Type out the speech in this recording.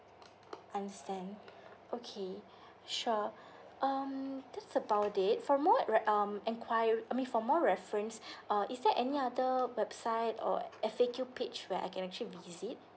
understand okay sure um that's about it for more re~ um enquiry I mean for more reference uh is there any other website or F_A_Q page where I can actually visit